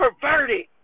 perverted